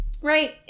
Right